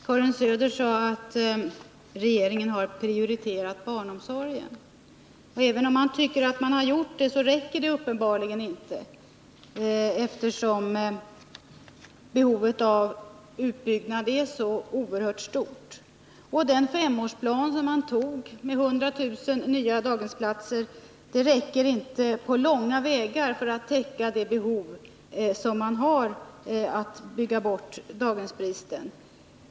Herr talman! Karin Söder sade att regeringen har prioriterat barnomsorgen. Även om man tycker att man har gjort det, räcker det uppenbarligen inte, eftersom behovet av utbyggnad är så oerhört stort. Den femårsplan som riksdagen antog, syftande till 100 000 nya daghemsplatser, räcker inte på långa vägar när det gäller att täcka behovet av att bygga bort barndaghemsbristen.